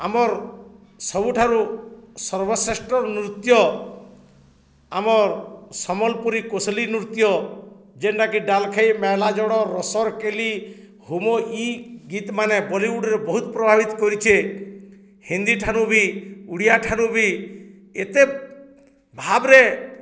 ଆମର୍ ସବୁଠାରୁ ସର୍ବଶ୍ରେଷ୍ଠ ନୃତ୍ୟ ଆମର୍ ସମ୍ବଲପୁରୀ କୌଶଲି ନୃତ୍ୟ ଯେନ୍ଟାକି ଦାଲଖାଇ ମେଲା ଜଡ଼ ରସରକେଲି ହୁମୋ ଇ ଗୀତ ମାନେ ବଲିଉଡ଼ରେ ବହୁତ ପ୍ରଭାବିତ କରିଚେ ହିନ୍ଦୀଠାରୁ ବି ଓଡ଼ିଆଠାରୁ ବି ଏତେ ଭାବରେ